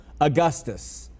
Augustus